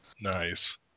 Nice